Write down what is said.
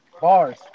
bars